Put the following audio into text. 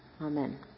Amen